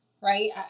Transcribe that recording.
right